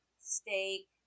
steak